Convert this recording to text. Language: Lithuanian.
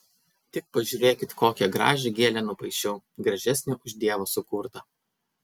tik pažiūrėkit kokią gražią gėlę nupaišiau gražesnę už dievo sukurtą